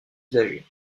usagers